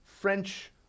French